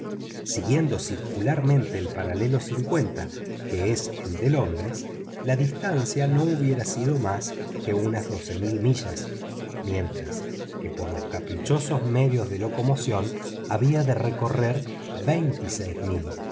siguiendo circularmente el paralelo que es el de londres la distancia no hubiera sido más que unas doce mil millas mientras que por los caprichosos medios de locomoción había que recorrer veintieséis mil